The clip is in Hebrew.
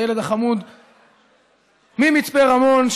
הילד החמוד ממצפה רמון,